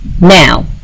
now